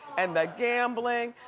and the gambling.